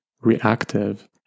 reactive